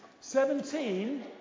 seventeen